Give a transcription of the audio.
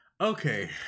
Okay